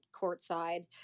courtside